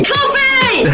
Coffee